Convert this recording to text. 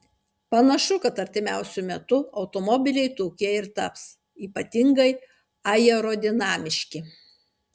panašu kad artimiausiu metu automobiliai tokie ir taps ypatingai aerodinamiški